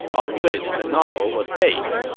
on which the novel was based.